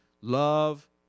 Love